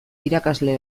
irakasle